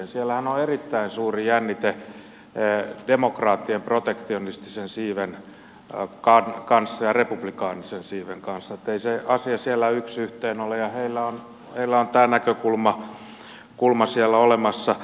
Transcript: siellähän on erittäin suuri jännite demokraattien protektionistisen siiven kanssa ja republikaanisen siiven kanssa niin ettei se asia siellä yksi yhteen ole ja heillä on tämä näkökulma siellä olemassa